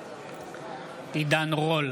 נגד עידן רול,